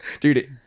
Dude